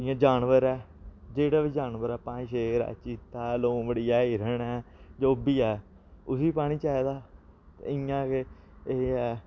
जि'यां जानवर ऐ जेहड़ा बी जानवर ऐ भाएं शेर ऐ चीता ऐ लोमड़ी ऐ हिरण ऐ जो बी ऐ उस्सी पानी चाहिदा ते इ'यां गै एह् ऐ